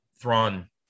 thrawn